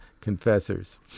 confessors